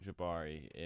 Jabari